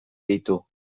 ditu